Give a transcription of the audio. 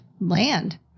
land